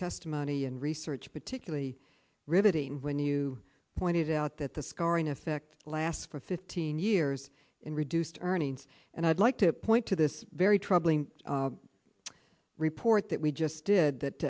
testimony and research particularly riveting when you pointed out that the scarring effect lasts for fifteen years in reduced earnings and i'd like to point to this very troubling report that we just did that